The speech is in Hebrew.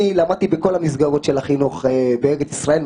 אני למדתי בכל המסגרות של החינוך בארץ ישראל.